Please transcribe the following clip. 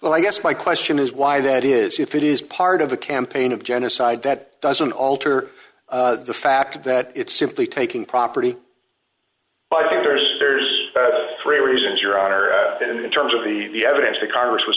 well i guess my question is why that is if it is part of a campaign of genocide that doesn't alter the fact that it's simply taking property i think there's there's three reasons your honor that in terms of the evidence that congress was